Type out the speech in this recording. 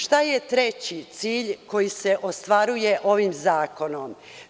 Šta je treći cilj koji se ostvaruje ovim zakonom?